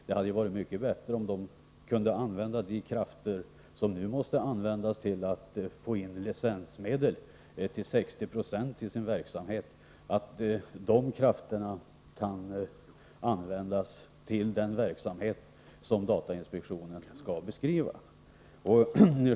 Det hade varit mycket bättre om man kunnat använda de krafterna till den verksamhet som datainspektionen skall bedriva i stället för att som nu använda den till att få in licensmedel till 60 90 av verksamheten.